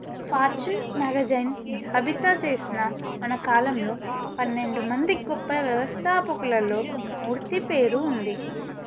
fortune magazine జాబితా చేసిన మన కాలంలో పన్నెండు మంది గొప్ప వ్యవస్థాపకులల్లో మూర్తి పేరు ఉంది